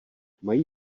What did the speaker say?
mají